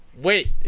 wait